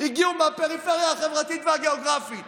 הגיעו מהפריפריה החברתית והגיאוגרפית?